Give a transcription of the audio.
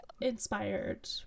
inspired